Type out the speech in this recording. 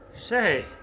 Say